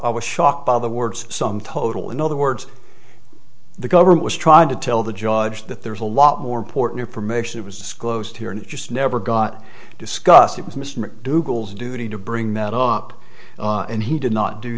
i was shocked by the words sum total in other words the government was trying to tell the judge that there's a lot more important information it was disclosed here and it just never got discussed it was mr mcdougal's duty to bring that on up and he did not do